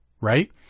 right